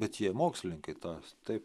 bet jie mokslininkai tas taip